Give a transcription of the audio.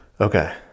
Okay